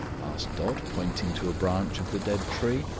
asked dot, pointing to a branch of the dead tree,